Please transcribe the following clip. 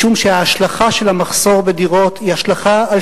משום שההשלכה של המחסור בדירות היא השלכה על